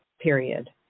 period